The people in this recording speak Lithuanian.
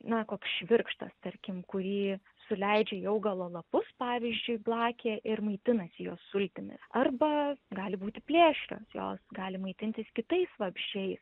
na koks švirkštas tarkim kurį suleidžia į augalo lapus pavyzdžiui blakė ir maitinasi jo sultimis arba gali būti plėšrios jos gali maitintis kitais vabzdžiais